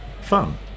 fun